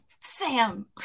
Sam